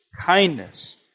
kindness